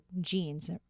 genes